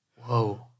whoa